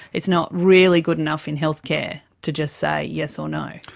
it's not really good enough in healthcare to just say yes or no.